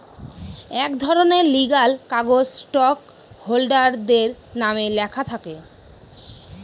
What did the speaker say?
এক ধরনের লিগ্যাল কাগজ স্টক হোল্ডারদের নামে লেখা থাকে